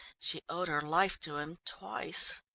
she owed her life to him twice.